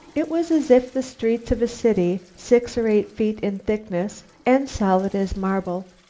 it was as if the streets of a city, six or eight feet in thickness and solid as marble,